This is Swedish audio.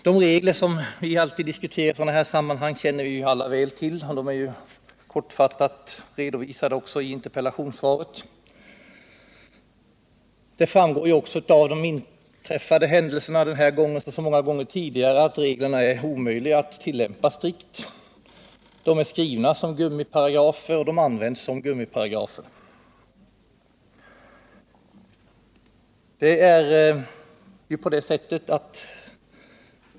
De regler som vi alltid diskuterar i sådana här sammanhang känner vi alla väl till, och de är också kortfattat redovisade i interpellationssvaret. Det framgår av de inträffade händelserna den här gången liksom så många gånger tidigare att reglerna är omöjliga att tillämpa strikt. De är skrivna som gummiparagrafer, och de används som gummiparagrafer.